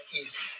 easy